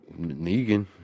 Negan